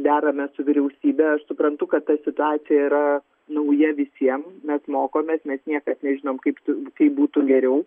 deramės su vyriausybe aš suprantu kad ta situacija yra nauja visiem mes mokomės mes niekas nežinom kaip kaip būtų geriau